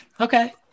Okay